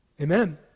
amen